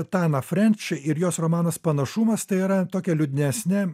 tana frenč ir jos romanas panašumas tai yra tokia liūdnesnė